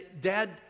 Dad